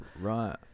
Right